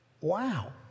wow